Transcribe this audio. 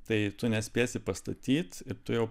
tai tu nespėsi pastatyt ir tu jau